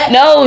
no